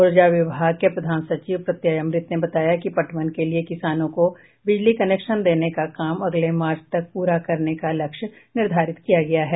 ऊर्जा विभाग के प्रधान सचिव प्रत्यय अमृत ने बताया कि पटवन के लिए किसानों को बिजली कनेक्शन देने का काम अगले मार्च तक पूरा करने का लक्ष्य निर्धारित किया गया है